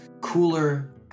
cooler